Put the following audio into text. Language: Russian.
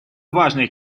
важной